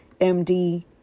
MD